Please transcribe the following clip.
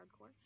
hardcore